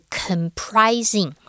comprising